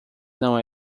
não